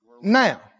now